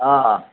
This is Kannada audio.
ಆಂ